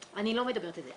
לא, אני לא מדברת על זה.